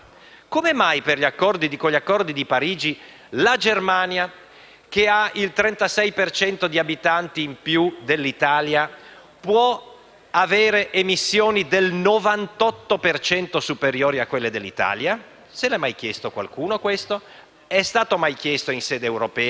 per dare un'occhiata a questi meccanismi? È logico che negli accordi di Parigi la Cina e l'India, che già oggi hanno emissioni altissime (la Cina il doppio degli Stati Uniti e cioè 26 volte l'Italia), possano continuare a farle crescere fino al 2030? Bellissima cosa l'atto di fede a favore dell'accordo di Parigi,